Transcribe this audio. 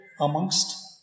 ...amongst